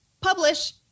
Publish